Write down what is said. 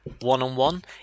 one-on-one